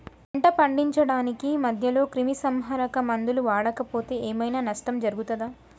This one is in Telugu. పంట పండించడానికి మధ్యలో క్రిమిసంహరక మందులు వాడకపోతే ఏం ఐనా నష్టం జరుగుతదా?